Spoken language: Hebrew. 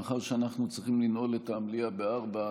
מאחר שאנחנו צריכים לנעול את המליאה ב-16:00,